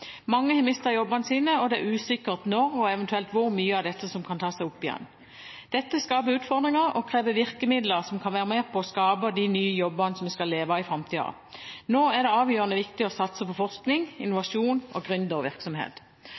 Mange har mistet jobben sin, og det er usikkert hvor mye av dette som eventuelt kan ta seg opp igjen, og når. Dette skaper utfordringer og krever virkemidler som kan være med på å skape de nye jobbene som vi skal leve av i framtiden. Nå er det avgjørende viktig å satse på forskning, innovasjon og